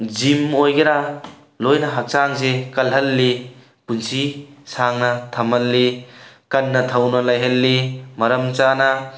gym ꯑꯣꯏꯒꯦꯔꯥ ꯂꯣꯏꯅ ꯍꯛꯆꯥꯡꯁꯦ ꯀꯜꯍꯜꯂꯤ ꯄꯨꯟꯁꯤ ꯁꯥꯡꯅ ꯊꯝꯍꯜꯂꯤ ꯀꯟꯅ ꯊꯧꯅ ꯂꯩꯍꯜꯂꯤ ꯃꯔꯝ ꯆꯥꯅ